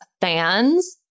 fans